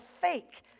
fake